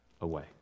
away